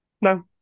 no